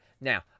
Now